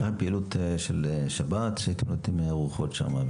יש להם פעילות של שבת שהייתם נותנים ארוחות שם,